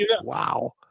Wow